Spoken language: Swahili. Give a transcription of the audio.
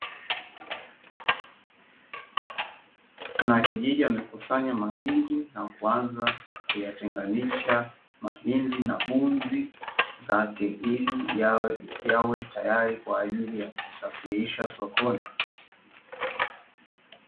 Mwanakijiji, amekusanya mahindi na kuanza kuyatenganisha mahindi na bunzi zake, ili yawe tayari kwa ajili ya kusafirisha sokoni.